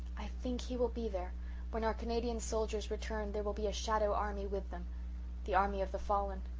i think he will be there when our canadian soldiers return there will be a shadow army with them the army of the fallen.